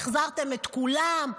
החזרתם את כולם,